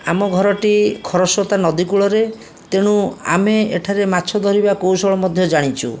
ଆମ ଘରଟି ଖରସ୍ରୋତା ନଦୀକୂଳରେ ତେଣୁ ଆମେ ଏଠାରେ ମାଛ ଧରିବା କୌଶଳ ମଧ୍ୟ ଜାଣିଛୁ